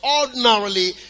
ordinarily